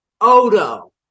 Odo